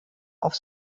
auf